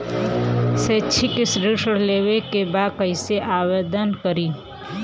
शैक्षिक ऋण लेवे के बा कईसे आवेदन करी?